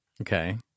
Okay